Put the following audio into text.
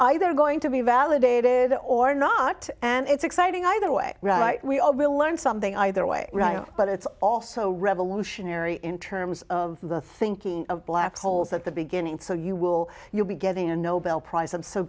either going to be validated or not and it's exciting either way right we all will learn something either way but it's also revolutionary in terms of the thinking of black holes at the beginning so you will you'll be getting a nobel prize i'm so